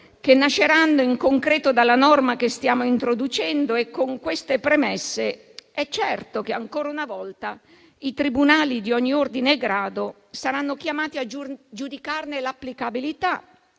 che nasceranno in concreto dalla norma che stiamo introducendo e con queste premesse è certo che ancora una volta i tribunali di ogni ordine e grado saranno chiamati a giudicarne l'applicabilità,